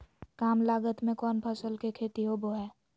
काम लागत में कौन फसल के खेती होबो हाय?